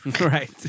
Right